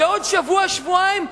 שעוד שבוע-שבועיים,